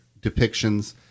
depictions